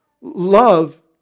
Love